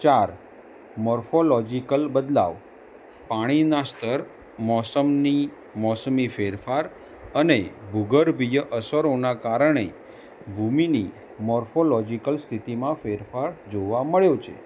ચાર મોર્ફોલોજિકલ બદલાવ પાણીનાં સ્તર મોસમની મોસમી ફેરફાર અને ભૂગર્ભીય અસરોનાં કારણે ભૂમિની મોર્ફોલોજીકલ સ્થિતિમાં ફેરફાર જોવા મળ્યો છે